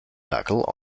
tackle